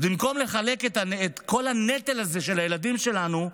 אז במקום לחלק את כל הנטל הזה של הילדים שלנו,